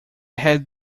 had